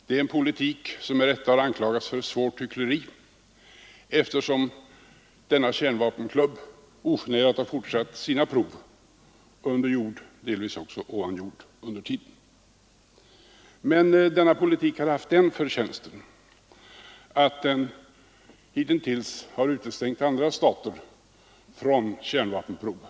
Det är en politik som med rätta har anklagats för svårt hyckleri, eftersom denna kärnvapenklubb ogenerat har fortsatt sina prov under jord och delvis också ovan jord under tiden. Men denna politik har haft den förtjänsten att den hitintills har utestängt andra stater från kärnprov.